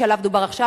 שעליו דובר עכשיו,